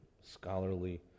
scholarly